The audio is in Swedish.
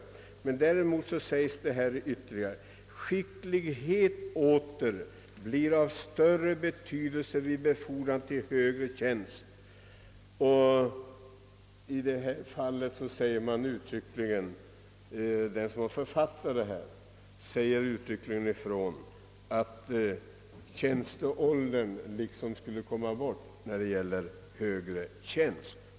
I den nämnda boken heter det vidare: »Skicklighet åter blir av större betydelse vid befordran till högre tjänst.» Författaren säger alltså uttryckligen ifrån att tjänsteåldern liksom skall komma bort ur bilden när det gäller högre tjänst.